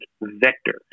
vector